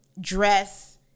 dress